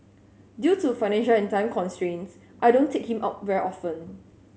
due to financial and time constraints I don't take him out very often